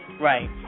Right